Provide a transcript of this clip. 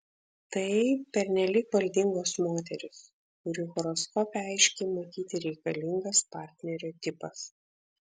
tai pernelyg valdingos moterys kurių horoskope aiškiai matyti reikalingas partnerio tipas